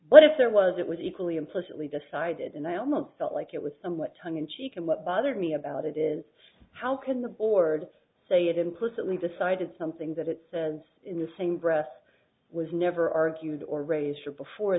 but if there was it was equally implicitly decided and i almost felt like it was somewhat tongue in cheek and what bothers me about it is how can the board say it implicitly decided something that it says in the same breath was never argued or raise